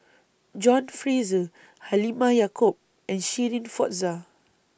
John Fraser Halimah Yacob and Shirin Fozdar